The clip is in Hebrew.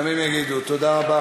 ימים יגידו.